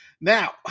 now